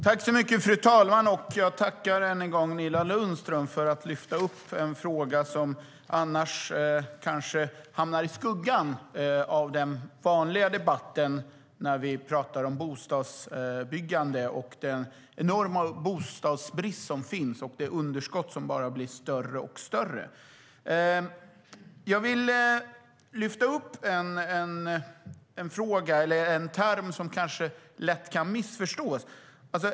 Fru talman! Jag tackar än en gång Nina Lundström för att hon lyfter upp en fråga som annars kanske hamnar i skuggan av den vanliga debatten när vi pratar om bostadsbyggande och den enorma bostadsbrist som finns. Det är ett underskott som bara blir större och större. Jag vill lyfta upp en term som kanske lätt kan missförstås.